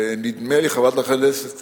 נדמה לי שחברת הכנסת